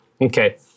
Okay